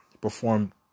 perform